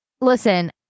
listen